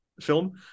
film